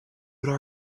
would